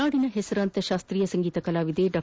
ನಾಡಿನ ಹೆಸರಾಂತ ಶಾಸ್ತೀಯ ಸಂಗೀತ ಕಲಾವಿದೆ ಡಾ